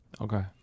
Okay